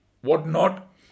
whatnot